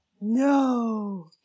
No